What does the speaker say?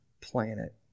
planet